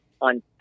on